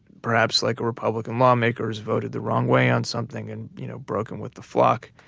perhaps like a republican lawmakers voted the wrong way on something and you know broken with the flock,